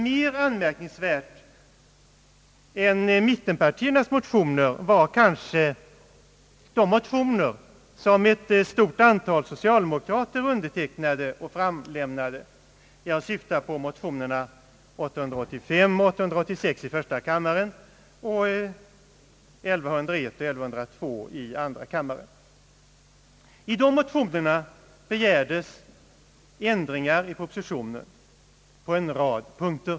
Mer anmärkningsvärt än mittenpartiernas motioner var emellertid de motioner som ett stort antal socialdemokrater undertecknade och framlämnade; jag syftar på motionerna I: 885 och 3886 samt II: 1101 och 1102. I dessa motioner begärdes ändringar i propositionen på en rad punkter.